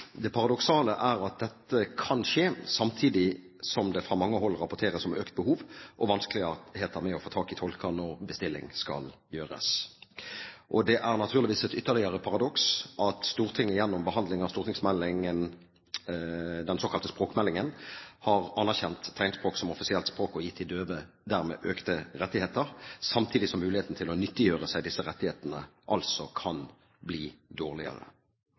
Det paradoksale er at dette kan skje samtidig som det fra mange hold rapporteres om økt behov og vanskeligheter med å få tak i tolker når bestilling skal gjøres. Det er naturligvis et ytterligere paradoks at Stortinget gjennom behandling av den såkalte språkmeldingen har anerkjent tegnspråk som offisielt språk, og dermed gitt de døve økte rettigheter, samtidig som muligheten til å nyttiggjøre seg disse rettighetene kan bli dårligere.